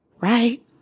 Right